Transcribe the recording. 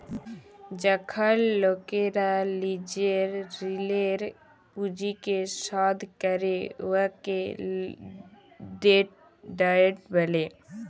যখল লকেরা লিজের ঋলের পুঁজিকে শধ ক্যরে উয়াকে ডেট ডায়েট ব্যলে